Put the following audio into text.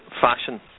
fashion